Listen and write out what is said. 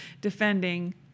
defending